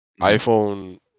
iPhone